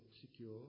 secure